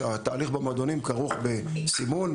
שהתהליך במועדונים כרוך בסימון,